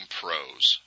pros